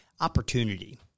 Opportunity